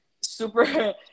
super